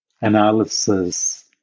analysis